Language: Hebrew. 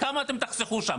כמה אתם תחסכו שם?